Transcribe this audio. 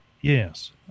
Yes